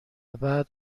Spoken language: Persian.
بعد